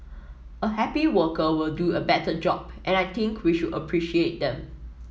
a happy worker will do a better job and I think we should appreciate them